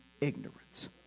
ignorance